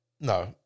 no